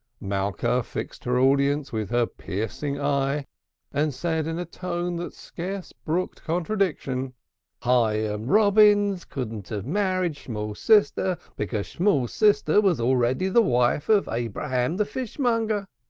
malka fixed her audience with her piercing eye and said in a tone that scarce brooked contradiction hyam robins couldn't have married shmool's sister because shmool's sister was already the wife of abraham the fishmonger.